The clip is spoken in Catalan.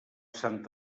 sant